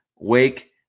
wake